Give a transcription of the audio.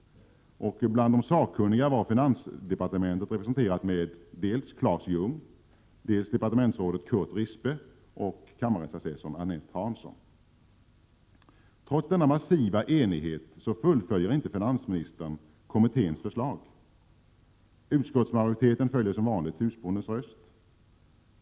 Bland de sakkunniga var finansdepartementet representerat av Claes Ljungh, departementsrådet Curt Rispe samt kammarrättsassessorn Annette Hansson. Trots denna massiva enighet fullföljer inte finansministern kommitténs förslag. Utskottsmajoriteten följer som vanligt husbondens röst.